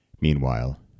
Meanwhile